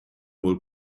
will